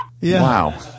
Wow